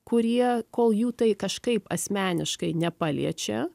kurie kol jų tai kažkaip asmeniškai nepaliečia